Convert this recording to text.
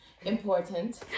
important